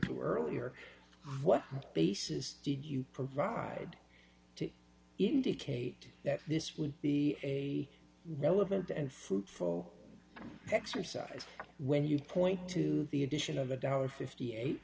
to earlier what basis did you provide to indicate that this would be a relevant and fruitful exercise when you point to the addition of a one dollar fifty eight